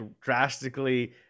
drastically